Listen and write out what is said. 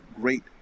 great